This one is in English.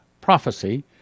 prophecy